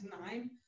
nine